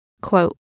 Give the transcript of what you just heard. Quote